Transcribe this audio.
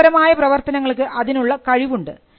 സൃഷ്ടിപരമായ പ്രവർത്തനങ്ങൾക്ക് അതിനുള്ള കഴിവുണ്ട്